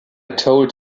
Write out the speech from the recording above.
told